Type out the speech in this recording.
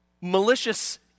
malicious